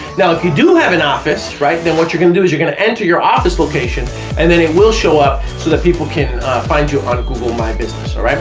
now if you do have an office right then what you're gonna do is you're gonna enter your office location and then it will show up so that people can find you on google my business, all right,